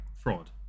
Fraud